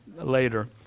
later